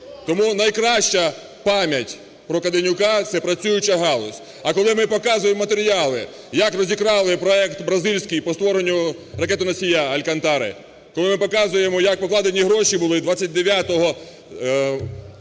Тому найкраща пам'ять про Каденюка – це працююча галузь. А коли ми показуємо матеріали, як розікрали проект бразильський по створенню ракетоносія "Алькантари". Коли ми показуємо як покладені гроші були 29